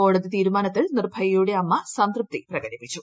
കോടതി തീരുമാനത്തിൽ നിർഭയയുടെ അമ്മിസംതൃപ്തി പ്രകടിപ്പിച്ചു